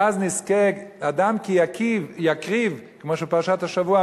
ואז נזכה: "אדם כי יקריב" כמו שכתוב בפרשת השבוע,